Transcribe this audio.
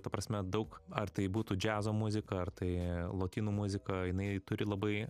ta prasme daug ar tai būtų džiazo muzika ar tai lotynų muzika jinai turi labai